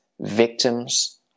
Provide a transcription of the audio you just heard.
victims